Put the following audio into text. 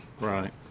Right